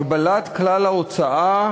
הגבלת כלל ההוצאה,